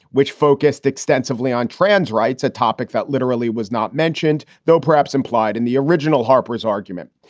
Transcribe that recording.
which focused extensively on trans rights, a topic that literally was not mentioned, though perhaps implied in the original harper's argument.